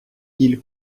ils